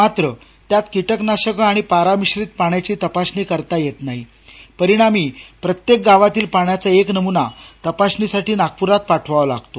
मात्रत्यात कीटक नाशक आणि पारा मिश्रित पाण्याची तपासणी करता येत नाही परिणामी प्रत्येक गावातील पाण्याचा एक नमूना तपासणी साठी नागप्रात पाठवावा लागतो